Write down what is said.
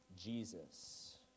jesus